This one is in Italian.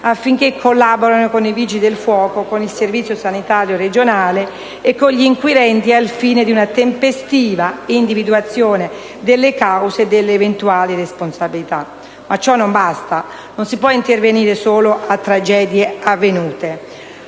affinché collaborino con i Vigili del fuoco, con il Servizio sanitario regionale e con gli inquirenti al fine di una tempestiva individuazione delle cause e delle eventuali responsabilità». Ma ciò non basta. Non si può intervenire solo a tragedie avvenute.